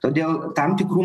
todėl tam tikrų